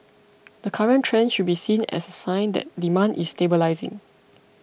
the current trend should be seen as a sign that demand is stabilising